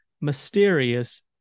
mysterious